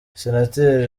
senateri